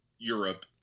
Europe